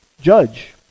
judge